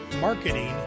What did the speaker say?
marketing